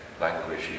language